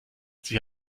sie